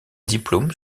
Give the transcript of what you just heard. diplôme